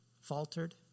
faltered